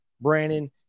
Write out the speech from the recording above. Brandon